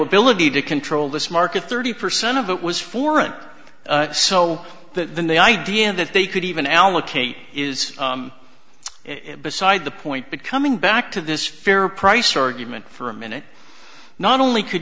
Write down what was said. ability to control this market thirty percent of it was foreign so the idea that they could even allocate is it beside the point that coming back to this fair price argument for a minute not only could